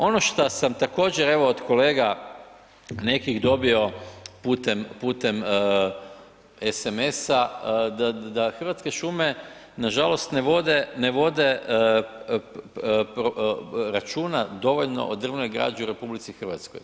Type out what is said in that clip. Ono šta sam također od evo od kolega nekih dobio putem SMS-a, da Hrvatske šume nažalost ne vode računa dovoljno o drvnoj građi u RH.